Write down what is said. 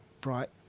bright